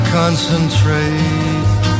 concentrate